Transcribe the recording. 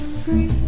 free